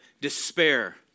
despair